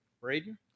Braden